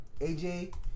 AJ